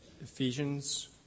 Ephesians